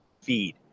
feed